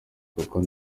kuko